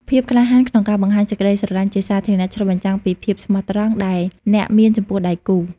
ភាពក្លាហានក្នុងការបង្ហាញសេចក្ដីស្រឡាញ់ជាសាធារណៈ ឆ្លុះបញ្ចាំងពីភាពស្មោះត្រង់ដែលអ្នកមានចំពោះដៃគូ។